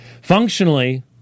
Functionally